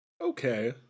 Okay